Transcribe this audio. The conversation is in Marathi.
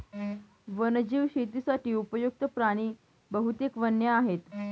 वन्यजीव शेतीसाठी उपयुक्त्त प्राणी बहुतेक वन्य आहेत